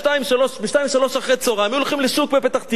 ב-14:00 15:00 היו הולכים לשוק בפתח-תקווה,